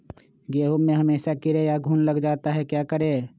गेंहू में हमेसा कीड़ा या घुन लग जाता है क्या करें?